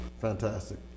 Fantastic